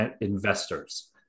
investors